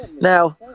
now